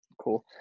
Cool